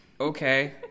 Okay